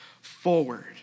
forward